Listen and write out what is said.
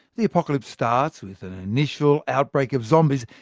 the apocalypse starts with an initial outbreak of zombies.